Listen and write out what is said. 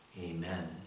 Amen